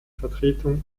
vertretung